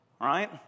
Right